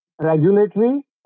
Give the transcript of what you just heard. regulatory